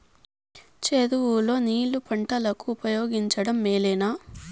చెరువు లో నీళ్లు పంటలకు ఉపయోగించడం మేలేనా?